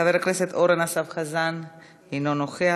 חבר הכנסת אורן אסף חזן, אינו נוכח.